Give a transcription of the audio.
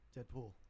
Deadpool